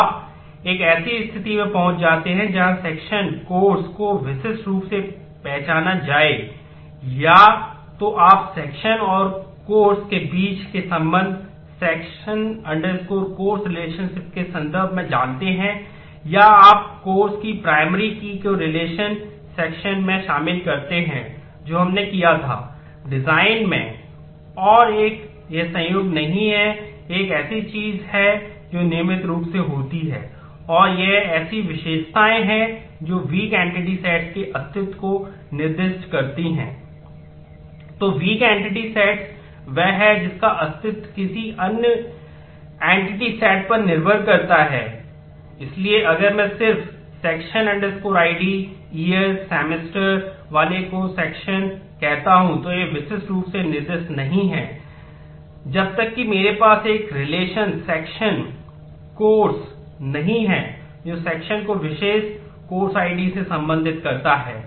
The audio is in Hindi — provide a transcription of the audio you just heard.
तो आप एक ऐसी स्थिति में पहुंच जाते हैं जहां सेक्शन के अस्तित्व को निर्दिष्ट करती हैं